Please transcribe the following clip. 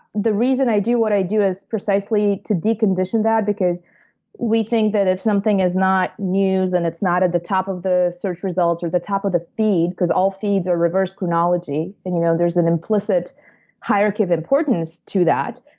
the reason i do what i do is precisely to decondition that because we think that if something is not news and it's not at the top of the search results or the top of the feed because all feeds are reversed chronology. and you know there's an implicit hierarchy of importance to that.